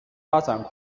发展